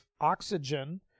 oxygen